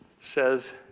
says